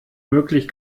möglich